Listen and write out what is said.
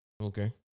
Okay